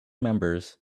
members